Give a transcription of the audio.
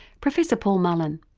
professor paul mullen.